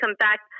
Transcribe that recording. contact